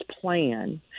plan